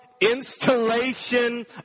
installation